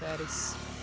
Paris